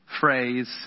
phrase